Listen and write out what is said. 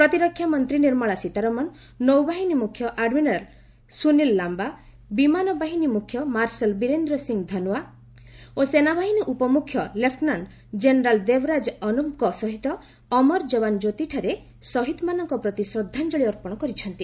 ପ୍ରତିରକ୍ଷା ମନ୍ତ୍ରୀ ନିର୍ମଳା ସୀତାରମଣ' ନୌବାହିନୀ ମୁଖ୍ୟ ଆଡ୍ମିରାଲ୍ ସୁନୀଲ ଲାମ୍ଘା ବିମାନ ବାହିନୀ ମୁଖ୍ୟ ମାର୍ଶାଲ୍ ବୀରେନ୍ଦ୍ର ସିଂ ଧନୱା ଓ ସେନାବାହିନୀ ଉପମ୍ରଖ୍ୟ ଲେପୁନାଣ୍ଟ କ୍ଷେନେରାଲ୍ ଦେବରାଜ୍ ଅନବୃଙ୍କ ସହିତ ଅମର ଯବାନ ଜ୍ୟୋତିଠାରେ ଶହୀଦମାନଙ୍କ ପ୍ରତି ଶ୍ରଦ୍ଧାଞ୍ଚଳି ଅର୍ପଣ କରିଛନ୍ତି